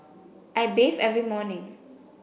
I bathe every morning